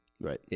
Right